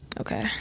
Okay